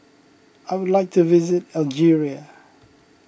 I would like to visit Algeria